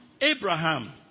Abraham